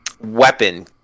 weapon